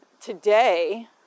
Today